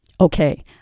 Okay